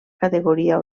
categoria